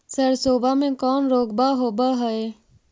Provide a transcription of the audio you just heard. सरसोबा मे कौन रोग्बा होबय है?